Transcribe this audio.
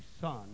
son